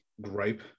gripe